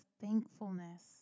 thankfulness